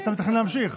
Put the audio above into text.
אני מתכנן להמשיך